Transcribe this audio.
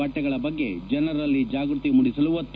ಬಟ್ಟೆಗಳ ಬಗ್ಗೆ ಜನರಲ್ಲಿ ಜಾಗ್ಬತಿ ಮೂಡಿಸಲು ಒತ್ತು